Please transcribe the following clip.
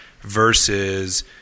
versus